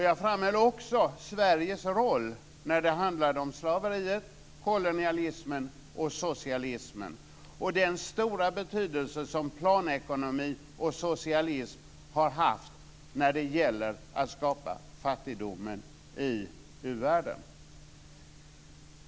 Jag framhöll också Sveriges roll när det handlade om slaveriet, kolonialismen och socialismen och den stora betydelse som planekonomi och socialism har haft när det gällt att skapa fattigdom i u-världen.